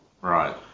Right